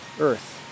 earth